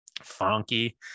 funky